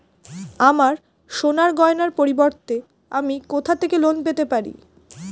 আমার সোনার গয়নার পরিবর্তে আমি কোথা থেকে লোন পেতে পারি?